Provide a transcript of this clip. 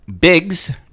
Biggs